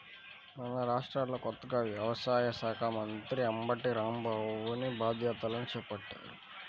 మన రాష్ట్రంలో కొత్తగా వ్యవసాయ శాఖా మంత్రిగా అంబటి రాంబాబుని బాధ్యతలను చేపట్టారు